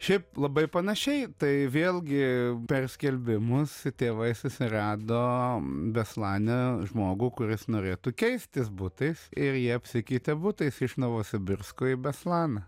šiaip labai panašiai tai vėlgi per skelbimus tėvai susirado beslane žmogų kuris norėtų keistis butais ir jie apsikeitė butais iš novosibirsko į beslaną